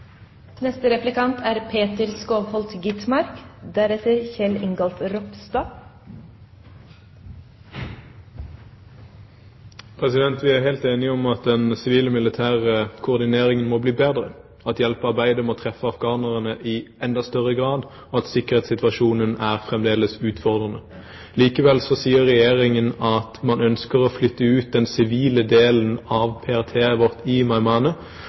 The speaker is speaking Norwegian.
Vi er helt enige om at den sivile-militære koordineringen må bli bedre, at hjelpearbeidet må treffe afghanerne i enda større grad, og at sikkerhetssituasjonen fremdeles er utfordrende. Likevel sier Regjeringen at man ønsker å flytte ut den sivile delen av PRT-et vårt i